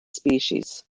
species